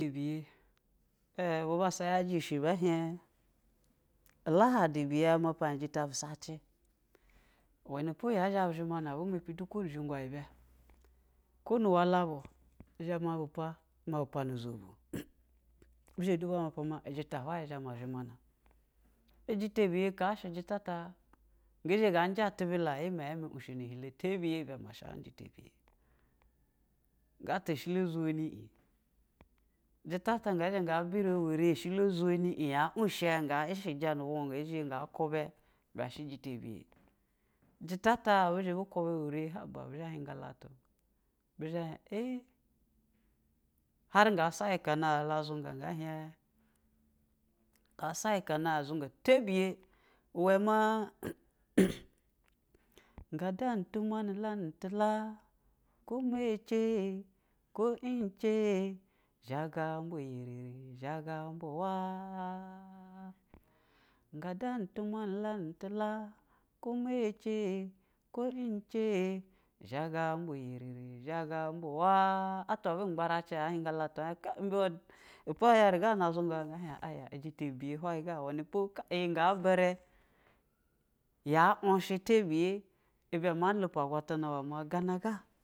bu bassa yɛji ɛghi bɛ hɛn, lahadu bhɛ ama ɛn jɛta bu sati iwɛ po yɛ zhɛ bu zhana bu mp, ju ko zhingwa bɛ, ko hu walabu, zhɛ ma pa ha pana lagu bɛ zhɛ u mapa ma jɛta hwayi zha ma zhɛmana, jɛta biyɛ ka shi jɛta ngɛ zhɛ ugɛ tu bile, ini mɛyɛ mi unshɛ nɛ hilo tɛbiyɛ gana tɛbiyɛ ya kulanɛ eke ta ghilo xani im, jɛta hge zhɛ hgɛ bivɛ iwarɛ a shilo zwni ɛn ya uhshɛ hgɛ ishijɛ nu vungwa hgɛ zha uga kubɛ, ibɛ shɛ jɛta biyɛ, jɛta ta abi zha abu kuba iwɛrɛ haba, bɛ zhɛ hing lɛtu bɛ hiɛn aɛ har hga saikan la azunga nsa saukani azunga tɛbiyɛ n zhanɛ ga da tumuanɛ la hu la, ko mɛ jɛ, ko umbɛ jɛ, zhaga ma yɛriri, zhasa mbɛ wa gada tumuani la nu tu la, ko mɛ jɛ, ko umbɛ jɛ zhasa ma yeriri zhaga mba wa atwa vwɛ mbavachi kai imbɛ imɛ keri yɛri ga na zumga hga hɛin au ana jɛta biyɛ, hwahi ga, iwɛ nɛ po, ih hsa birɛ ya unshɛ tabiyɛ iba ama lupa agwatana ma gana ga.